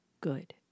good